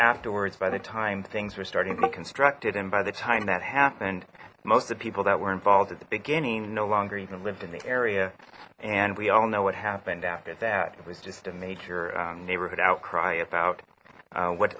afterwards by the time things were starting to be constructed and by the time that happened most of people that were involved at the beginning no longer even lived in the area and we all know what happened after that it was just a major neighborhood outcry about what what